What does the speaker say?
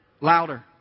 Louder